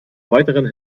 weiteren